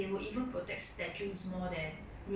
then 我 s~ 觉得是不对的 lah I mean